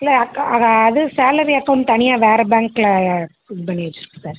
இல்லை அக்க அத அது சேலரி அக்கௌண்ட் தனியாக வேற பேங்க்ல இது பண்ணி வச்சிருக்கேன் சார்